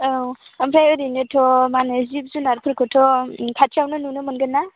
औ ओमफ्राय ओरैनोथ' माने जिब जुनारफोरखौ खाथियावनो नुनो मोनगोन ना